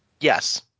Yes